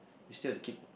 you still have to keep